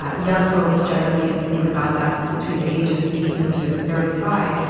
ah young folks generally, we think about that between the ages of eighteen to thirty five.